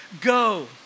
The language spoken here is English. Go